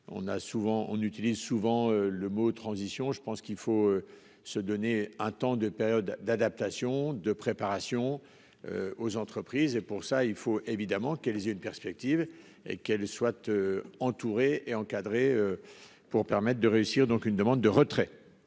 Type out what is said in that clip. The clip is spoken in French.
on utilise souvent le mot transition je pense qu'il faut se donner un temps de période d'adaptation de préparation. Aux entreprises et pour ça il faut évidemment qu'elles aient une perspective et qu'elle soit tu entourées et encadrées. Pour permettre de réussir, donc une demande de retrait.--